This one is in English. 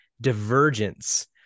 divergence